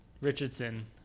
Richardson